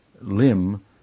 limb